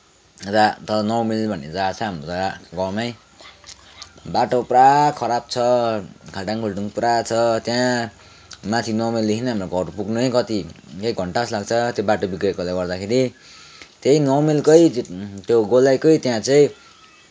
र तल नौ माइल भन्ने जग्गा छ हाम्रो गाउँमै बाटो पुरा खराब छ खाल्टाङखुल्टुङ पुरा छ त्यहाँ माथि नौ माइलदेखि हाम्रो घर पुग्नै कति एक घन्टा जस्तो लाग्छ त्यो बाटो बिग्रेकोले गर्दाखेरि त्यही नौ माइलकै त्यो त्यो गोलाइकै त्यहाँ चाहिँ